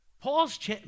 Paul's